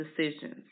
decisions